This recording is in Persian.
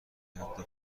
حتی